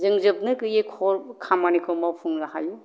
जों जोबनो गैयै खल खामानिखौ मावफुंनो हायो